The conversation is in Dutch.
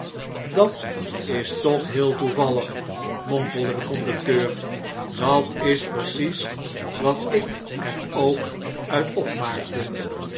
dat is toch heel toevallig mompelde de conducteur dat is precies wat ik er ook uit opmaakte